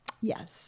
Yes